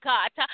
God